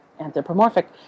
anthropomorphic